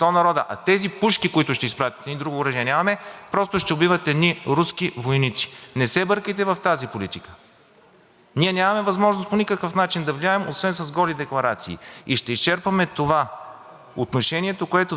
Ние нямаме възможност по никакъв начин да влияем освен с голи декларации. Ще изчерпим отношението, което все още съществува, на някаква доброта, на свързаност между българи и руснаци.